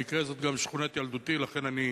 במקרה זו גם שכונת ילדותי, ולכן אני